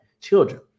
children